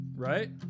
Right